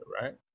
right